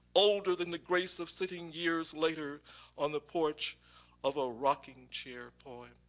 older than the grace of sitting years later on the porch of a rocking chair poem.